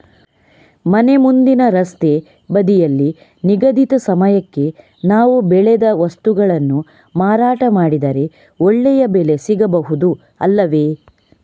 ಮನೆ ಮುಂದಿನ ರಸ್ತೆ ಬದಿಯಲ್ಲಿ ನಿಗದಿತ ಸಮಯಕ್ಕೆ ನಾವು ಬೆಳೆದ ವಸ್ತುಗಳನ್ನು ಮಾರಾಟ ಮಾಡಿದರೆ ಒಳ್ಳೆಯ ಬೆಲೆ ಸಿಗಬಹುದು ಅಲ್ಲವೇ?